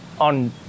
on